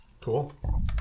Cool